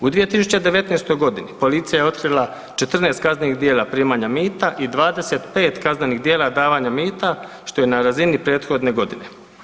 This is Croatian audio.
U 2019. godini policija je otkrila 14 kaznenih djela primanja mita i 25 kaznenih djela davanja mita što je na razini prethodne godine.